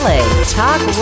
Talk